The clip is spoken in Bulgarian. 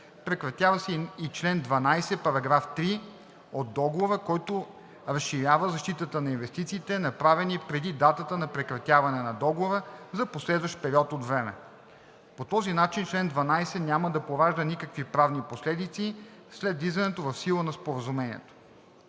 Прекратява се и чл. 12, § 3 от Договора, който разширява защитата на инвестициите, направени преди датата на прекратяване на Договора за последващ период от време. По този начин чл. 12 няма да поражда никакви правни последици след влизането в сила на Споразумението.